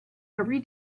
every